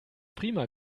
prima